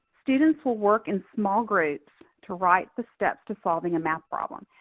students will work in small groups to write the steps to solving a math problem.